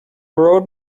road